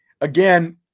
again